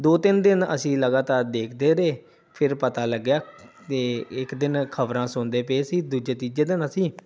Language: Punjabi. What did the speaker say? ਦੋ ਤਿੰਨ ਦਿਨ ਅਸੀਂ ਲਗਾਤਾਰ ਦੇਖਦੇ ਰਹੇ ਫਿਰ ਪਤਾ ਲੱਗਿਆ ਅਤੇ ਇੱਕ ਦਿਨ ਖ਼ਬਰਾਂ ਸੁਣਦੇ ਪਏ ਸੀ ਦੂਜੇ ਤੀਜੇ ਦਿਨ ਅਸੀਂ